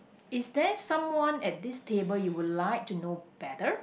is there someone at this table you would like to know better